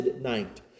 night